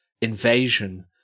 invasion